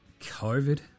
COVID